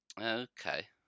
Okay